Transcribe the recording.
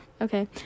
okay